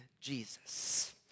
Jesus